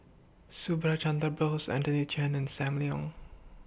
Subhas Chandra Bose Anthony Chen and SAM Leong